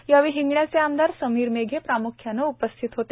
यावेळी हिंगण्याचे आमदार समीर मेघे हे प्राम्ख्याने उपस्थित होते